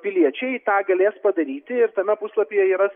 piliečiai tą galės padaryti ir tame puslapyje yra